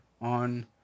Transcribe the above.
on